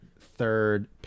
third